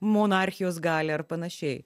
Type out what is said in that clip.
monarchijos galią ar panašiai